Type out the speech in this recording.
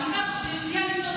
אדוני השר.